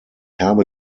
habe